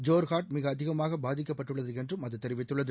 ஜோர்ஹாட் மிக அதிகமாக பாதிக்கப்பட்டுள்ளது என்றும் அது தெரிவித்துள்ளது